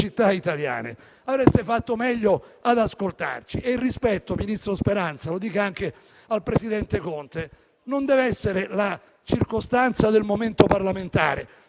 città italiane. Avreste fatto meglio ad ascoltarci. Il rispetto, ministro Speranza (lo dica anche al presidente Conte), non deve essere la circostanza del momento parlamentare;